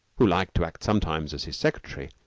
who liked to act sometimes as his secretary,